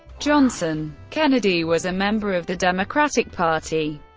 johnson. kennedy was a member of the democratic party,